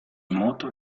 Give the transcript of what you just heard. motto